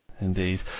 Indeed